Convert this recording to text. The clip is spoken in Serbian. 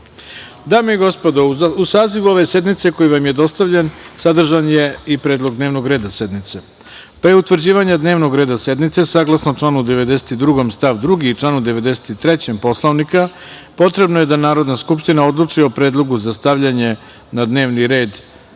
i gospodo, u sazivu ove sednice, koji vam je dostavljen, sadržan je i predlog dnevnog reda sednice. Pre utvrđivanja dnevnog reda sednice, saglasno članu 92. stav 2. i članu 93. Poslovnika, potrebno je da Narodna skupština odluči o predlogu za stavljanje na dnevni red akta